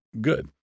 good